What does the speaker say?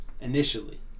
initially